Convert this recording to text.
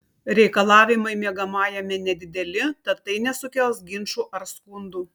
reikalavimai miegamajame nedideli tad tai nesukels ginčų ar skundų